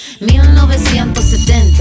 1970